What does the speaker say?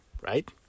right